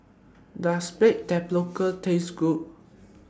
Does Baked Tapioca Taste Good